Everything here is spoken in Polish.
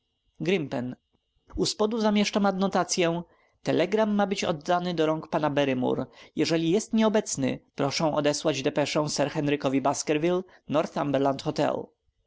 grimpen u spodu zamieszczam adnotacyę telegram ma być oddany do rąk p barrymore jeżeli jest nieobecny proszę odesłać depeszę sir henrykowi baskerville northumberland hotel